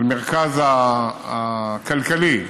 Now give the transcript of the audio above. המרכז הכלכלי,